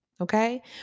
okay